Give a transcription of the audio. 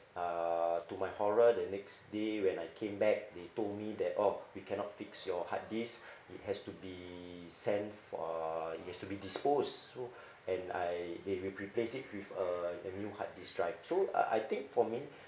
uh to my horror the next day when I came back they told me that oh we cannot fix your hard disk it has to be sent for uh it has to be disposed so and I they will replace it with a new hard disk drive so I I think for me